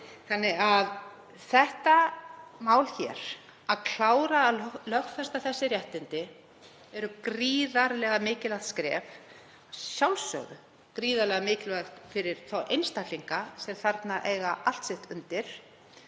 þannig. Þetta mál, að klára að lögfesta þessi réttindi, er gríðarlega mikilvægt skref. Það er að sjálfsögðu gríðarlega mikilvægt fyrir þá einstaklinga sem eiga allt sitt undir